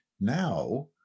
Now